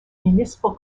municipal